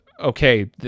okay